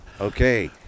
Okay